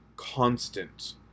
constant